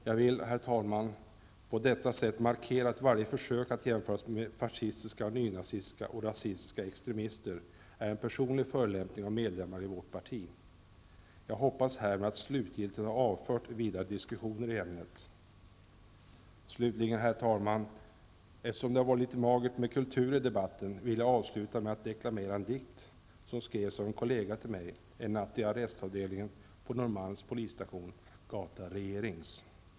Jag vill, herr talman, på detta sätt markera att varje försök att jämföra oss med fascistiska, nynazistiska eller rasistiska extremister är en personlig förolämpning av medlemmar i vårt parti. Jag hoppas härmed att slutgiltigt ha avfört vidare diskussioner i ämnet. Till sist, herr talman! Eftersom det har varit litet magert med kultur i debatten, vill jag avsluta med att deklamera en dikt, som skrevs av en kollega till mig en natt i arrestavdelningen på Norrmalms polisstation, ''Gata regerings''.